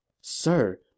Sir